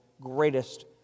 greatest